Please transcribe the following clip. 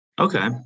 Okay